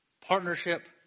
partnership